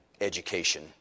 education